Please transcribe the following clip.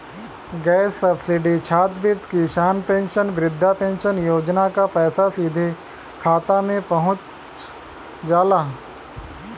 gas subsidy छात्रवृत्ति किसान pension वृद्धा पेंशन योजना क पैसा सीधे खाता में पहुंच जाला